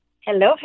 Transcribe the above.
Hello